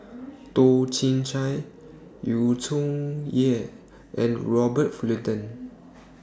Toh Chin Chye Yu Zhuye and Robert Fullerton